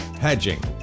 hedging